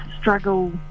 struggle